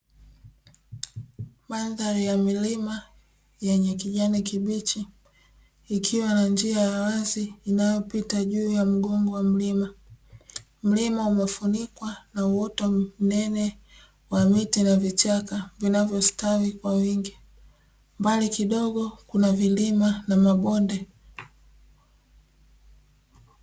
Mandhari ya milima yenye kijani kibichi ikiwa na njia ya wazi inayopita juu ya mgongo wa mlima. Mlima umefunikwa na uoto mnene wa miti na vichaka vinavyostawai kwa wingi. Mbali kidogo kuna vilima na mabonde.